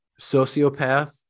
sociopath